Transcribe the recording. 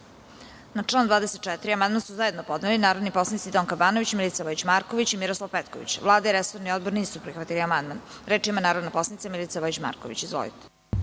član 25. amandman su zajedno podneli narodni poslanici Donka Banović, Milica Vojić Marković i Miroslav Petković. Vlada i resorni odbor nisu prihvatili amandman. Reč ima narodna poslanica Donka Banović. Izvolite.